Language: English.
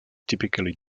typically